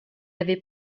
avait